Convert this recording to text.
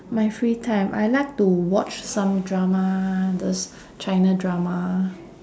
my free time I like to watch some drama those china drama